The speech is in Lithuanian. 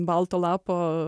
balto lapo